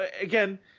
again